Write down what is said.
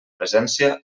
presència